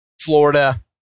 Florida